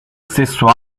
stesso